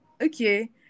okay